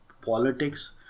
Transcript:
politics